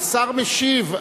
השר משיב.